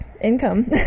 income